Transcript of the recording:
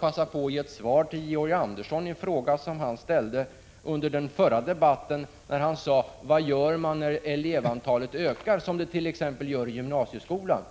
passa på och ge ett svar till Georg Andersson på en fråga som han ställde tidigare i debatten. Han frågade: Vad gör man när elevantalet ökar, som det exempelvis gör i gymnasieskolan?